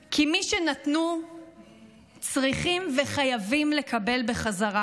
כי מי שנתנו צריכים וחייבים לקבל בחזרה.